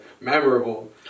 memorable